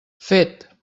fet